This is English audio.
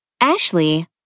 Ashley